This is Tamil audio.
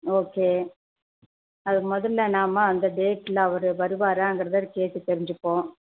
ஓகே அதுக்கு முதல்ல நம்ம அந்த டேட்டில் அவரு வருவாராங்கறதை அது கேட்டு தெரிஞ்சிப்போம்